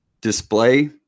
display